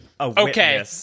Okay